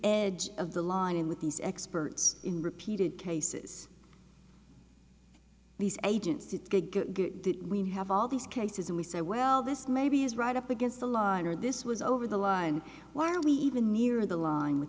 edge of the line with these experts in repeated cases these agents it's good that we have all these cases and we say well this maybe is right up against the line or this was over the line why are we even near the line with